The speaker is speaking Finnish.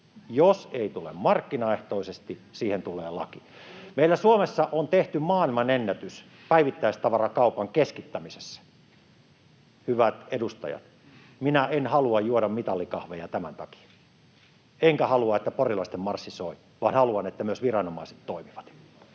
Jos ei tule markkinaehtoisesti, siihen tulee laki. Meillä Suomessa on tehty maailmanennätys päivittäistavarakaupan keskittämisessä. Hyvät edustajat, minä en halua juoda mitalikahveja tämän takia, enkä halua, että Porilaisten marssi soi, vaan haluan, että myös viranomaiset toimivat.